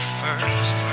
first